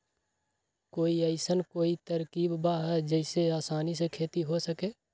कोई अइसन कोई तरकीब बा जेसे आसानी से खेती हो सके?